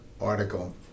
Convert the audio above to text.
article